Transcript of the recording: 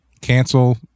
Cancel